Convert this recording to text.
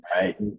right